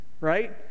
right